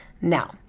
Now